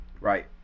Right